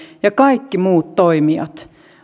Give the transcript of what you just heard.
ja kaikki muut toimijat